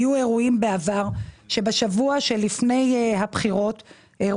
היו אירועים בעבר שבשבוע שלפני הבחירות היה